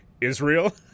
Israel